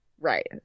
right